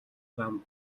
зам